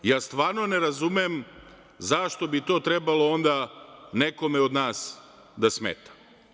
Ja stvarno ne razumem zašto bi to trebalo onda nekome od nas da smeta.